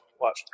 Watch